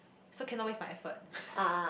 so cannot waste my effort